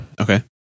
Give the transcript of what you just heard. Okay